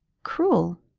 cruel?